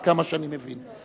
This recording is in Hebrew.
עד כמה שאני מבין.